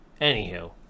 Anywho